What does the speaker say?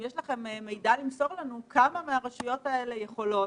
אם יש לכם מידע למסור לנו כמה מהרשויות האלה יכולות